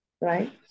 right